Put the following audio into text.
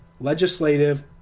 legislative